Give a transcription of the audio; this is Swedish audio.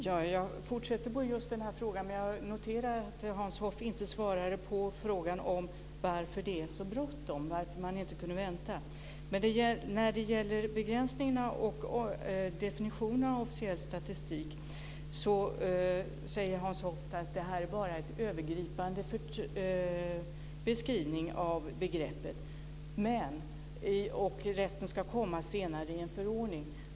Fru talman! Jag fortsätter på den frågan. Jag noterar att Hans Hoff inte svarade på frågan om varför det är så bråttom, varför man inte kunde vänta. När det gäller begränsningarna och definitionen av officiell statistik säger Hans Hoff att det här bara är en övergripande beskrivning av begreppet, resten ska komma senare i en förordning.